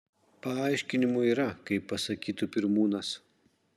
paaiškinimų yra kaip pasakytų pirmūnas